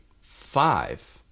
five